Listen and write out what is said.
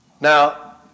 Now